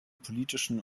politischen